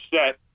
set